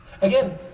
Again